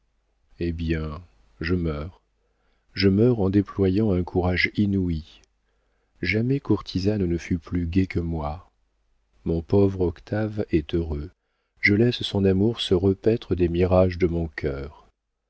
eh bien je meurs je meurs en déployant un courage inouï jamais courtisane ne fut plus gaie que moi mon pauvre octave est heureux je laisse son amour se repaître des mirages de mon cœur